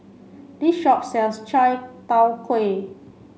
this shop sells Chai Tow Kuay